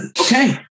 Okay